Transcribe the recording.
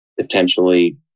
potentially